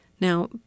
Now